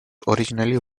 originally